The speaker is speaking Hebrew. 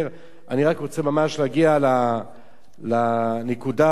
אני רק רוצה ממש להגיע לנקודה החשובה,